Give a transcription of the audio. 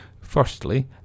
Firstly